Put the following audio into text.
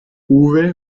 uwe